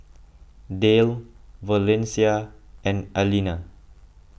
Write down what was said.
Dayle Valencia and Alena